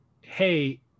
hey